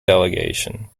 delegation